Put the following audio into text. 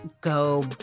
go